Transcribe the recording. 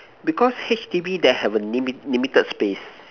because H_D_B there have a limit limited space